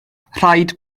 rhaid